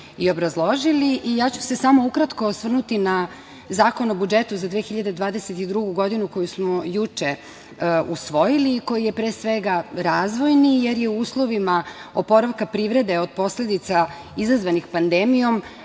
i obrazložili i ja ću se samo ukratko osvrnuti na Zakon o budžetu za 2022. godinu koji smo juče usvojili i koji je pre svega razvojni, jer je u uslovima oporavka privrede od posledica izazvanih pandemijom